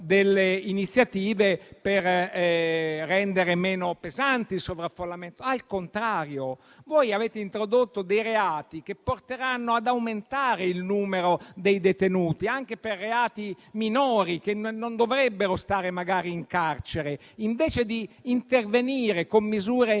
delle iniziative per rendere meno pesante il sovraffollamento". Al contrario, voi avete introdotto reati che porteranno ad aumentare il numero dei detenuti, anche per reati minori, i quali non dovrebbero magari stare in carcere. Invece di intervenire con misure